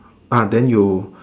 uh then you